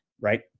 right